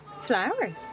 Flowers